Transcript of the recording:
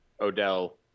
Odell